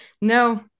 No